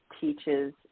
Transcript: teaches